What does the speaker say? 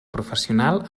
professional